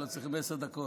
לא צריך עשר דקות.